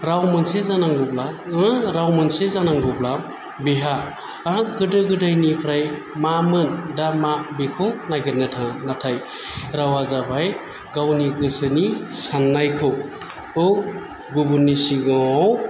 राव मोनसे जानांगौब्ला राव मोनसे जानांगौब्ला बिहा गोदो गोदाइनिफ्राय मामोन दा मा बेखौ नागिरनो थाङा नाथाय रावा जाबाय गावनि गोसाेनि साननायखौ गुबुननि सिगाङाव